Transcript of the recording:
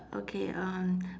okay um